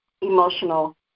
emotional